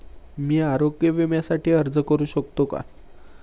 मी आरोग्य विम्यासाठी अर्ज करू शकतो का?